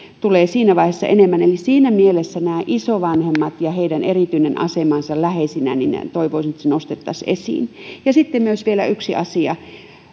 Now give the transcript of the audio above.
tulee siinä vaiheessa enemmän eli siinä mielessä isovanhemmat ja heidän erityinen asemansa läheisinä toivoisin että se nostettaisiin esiin sitten vielä yksi asia